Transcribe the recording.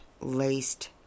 laced